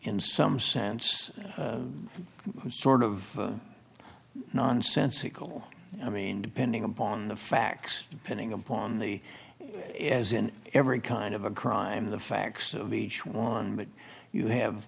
in some sense sort of nonsensical i mean depending upon the facts pinning upon the is in every kind of a crime the facts of each one but you have